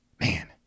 man